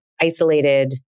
isolated